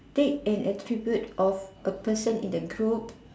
take an attribute of a person in the group